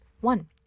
one